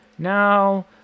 Now